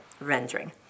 rendering